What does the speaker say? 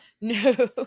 No